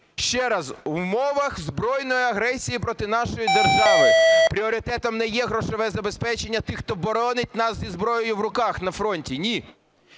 Ще раз, в умовах збройної агресії проти нашої держави пріоритетом не є грошове забезпечення тих, хто боронить нас зі зброєю в руках на фронті? Ні!